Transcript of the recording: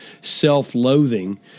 self-loathing